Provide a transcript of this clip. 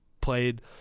played